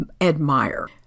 admire